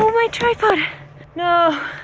my tripod no.